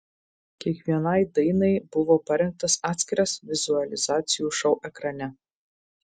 kiekvienai dainai buvo parengtas atskiras vizualizacijų šou ekrane